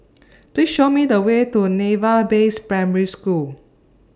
Please Show Me The Way to Naval Base Primary School